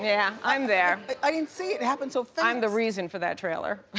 yeah, i'm there. but i didn't see. it it happened so fast. i'm the reason for that trailer.